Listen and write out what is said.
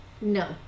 No